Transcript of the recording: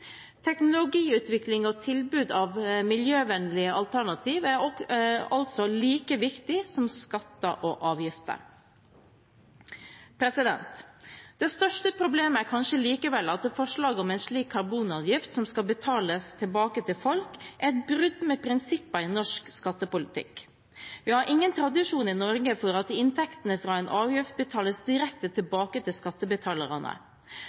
Teknologiutvikling og tilbud av miljøvennlige alternativ er altså like viktig som skatter og avgifter. Det største problemet er kanskje likevel at forslaget om en slik karbonavgift som skal betales tilbake til folk, er et brudd med prinsippene i norsk skattepolitikk. Vi har ingen tradisjon i Norge for at inntektene fra en avgift betales direkte